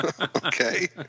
Okay